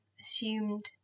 assumed